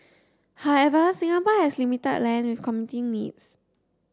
however Singapore has limited land with competing needs